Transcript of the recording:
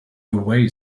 away